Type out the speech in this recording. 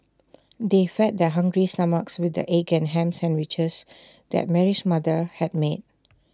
they fed their hungry stomachs with the egg and Ham Sandwiches that Mary's mother had made